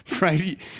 right